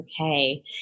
okay